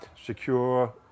secure